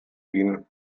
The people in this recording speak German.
ihn